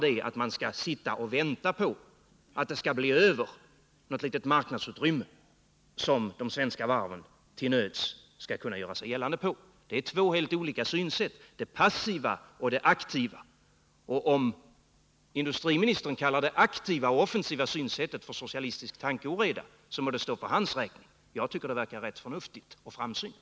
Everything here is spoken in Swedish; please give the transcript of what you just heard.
Man skall inte bara sitta och vänta på att det skall bli över något litet marknadsutrymme som de svenska varven till nöds skall kunna göra sig gällande på. Detta är två helt olika synsätt: det passiva och det aktiva. Om industriministern kallar det aktiva och offensiva synsättet för socialistisk tankeoreda, så må det stå för hans räkning. Jag tycker det verkar förnuftigt och framsynt.